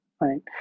right